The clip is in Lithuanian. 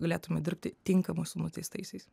galėtume dirbti tinkamai su nuteistaisiais